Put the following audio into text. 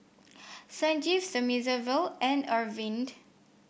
Sanjeev Thamizhavel and Arvind